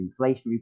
inflationary